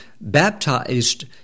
baptized